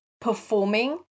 performing